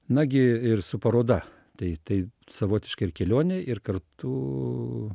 nagi ir su paroda tai tai savotiška ir kelionė ir kartu